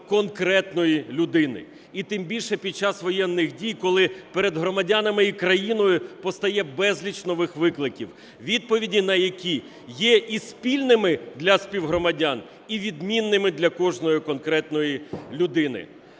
конкретної людини. І тим більше під час воєнних дій, коли перед громадянами і країною постає безліч нових викликів, відповіді на які є і спільними для співгромадян, і відмінними для кожної конкретної людини.